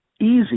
Easy